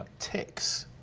tics,